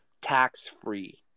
tax-free